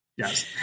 yes